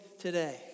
today